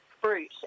fruit